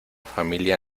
familia